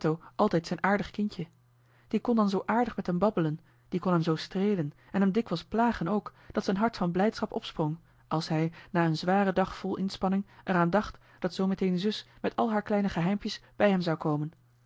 altijd zijn aardig kindje die kon dan zoo aardig met hem babbelen die kon hem zoo streelen en hem dikwijls plagen ook dat z'n hart van blijdschap opsprong als hij na een zwaren dag vol inspanning er aan dacht dat zoometeen zus met al haar kleine geheimpjes bij hem zou komen